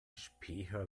späher